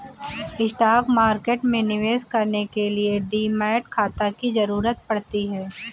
stock market में निवेश करने के लिए डीमैट खाता की जरुरत पड़ती है